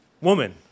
woman